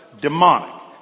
Demonic